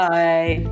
Bye